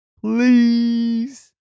Please